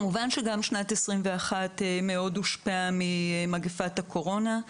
כמובן ששנת 2021 גם מאוד הושפעה ממגפת הקורונה,